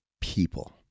people